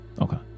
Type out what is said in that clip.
Okay